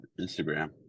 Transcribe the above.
Instagram